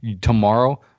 tomorrow